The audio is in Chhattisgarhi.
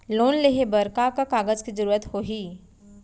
लोन लेहे बर का का कागज के जरूरत होही?